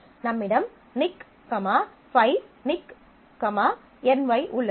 நம்மிடம் நிக் 5 நிக் NY உள்ளது